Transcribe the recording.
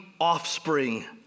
offspring